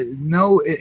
No